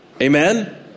Amen